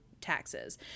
taxes